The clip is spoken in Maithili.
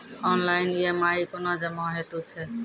ऑनलाइन ई.एम.आई कूना जमा हेतु छै?